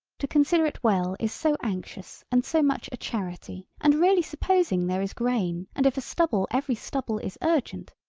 to consider it well is so anxious and so much a charity and really supposing there is grain and if a stubble every stubble is urgent,